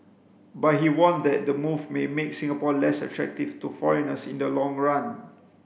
but he warned that the move may make Singapore less attractive to foreigners in the long run